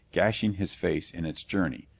gashing his face in its journey.